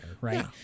right